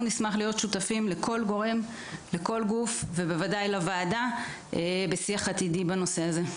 אנחנו נשמח להיות שותפים לכל גוף ובוודאי לוועדה בשיח עתידי בנושא זה.